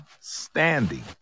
standing